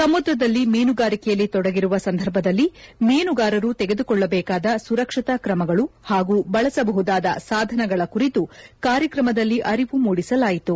ಸಮುದ್ರದಲ್ಲಿ ಮೀನುಗಾರಿಕೆಯಲ್ಲಿ ತೊಡಗಿರುವ ಸಂದರ್ಭದಲ್ಲಿ ಮೀನುಗಾರರು ತೆಗೆದುಕೊಳ್ಳಬೇಕಾದ ಸುರಕ್ಷತಾ ಕ್ರಮಗಳು ಹಾಗೂ ಬಳಸಬಹುದಾದ ಸಾಧನಗಳ ಕುರಿತು ಕಾರ್ಯಕ್ರಮದಲ್ಲಿ ಅರಿವು ಮೂಡಿಸಲಾಯಿತು